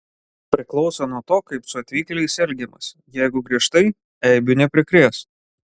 priklauso nuo to kaip su atvykėliais elgiamasi jeigu griežtai eibių neprikrės